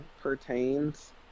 pertains